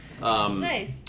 nice